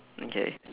okay